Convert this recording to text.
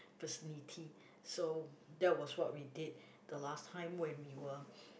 vicinity so that was what we did the last time when we were